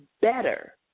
better